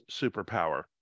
superpower